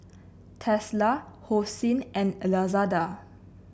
Tesla Hosen and Lazada